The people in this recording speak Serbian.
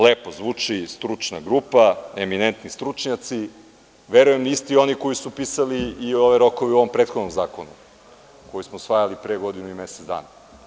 Lepo to zvuči, stručna grupa, eminentni stručnjaci, verujem isti oni koji su pisali i ove rokove u ovom prethodnom zakonu koji smo usvajali pre godinu i mesec dana.